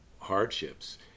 hardships